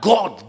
God